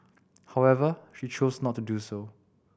however she chose not to do so